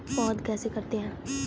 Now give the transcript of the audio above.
पौध किसे कहते हैं?